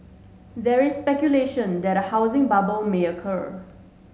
there is speculation that a housing bubble may occur